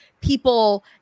people